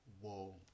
whoa